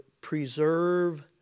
preserve